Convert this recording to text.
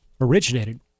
originated